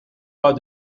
pas